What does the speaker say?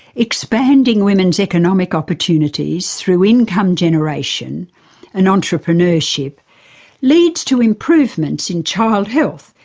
expanding women's economic opportunities through income generation and entrepreneurship leads to improvements in child health,